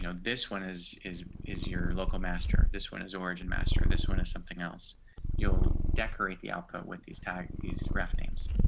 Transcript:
you know this one is, is, is your local master. this one is origin master. this one is something else you'll decorate the output with these tag these rough names.